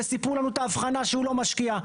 וסיפרו לנו את ההבחנה שהוא לא משקיע.